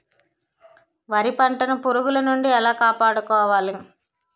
వరి పంటను పురుగుల నుండి ఎలా కాపాడుకోవాలి?